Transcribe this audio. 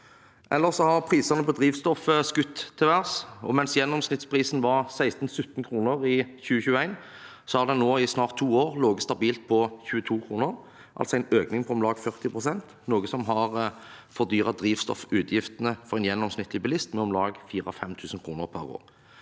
Ellers har prisene på drivstoff skutt i været. Mens gjennomsnittsprisen var 16–17 kr i 2021, har den nå i snart to år ligget stabilt på 22 kr, altså en økning på om lag 40 pst., noe som har fordyret drivstoffutgiftene for en gjennomsnittlig bilist med om lag 4 000–5 000 kr per år.